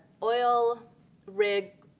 oil rigs,